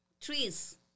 trees